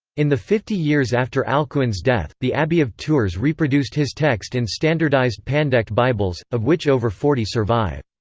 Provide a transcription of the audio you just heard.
in the fifty years after alcuin's death, the abbey of tours reproduced his text in standardised pandect bibles, of which over forty survive.